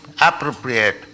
appropriate